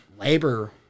labor